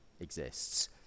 exists